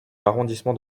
arrondissement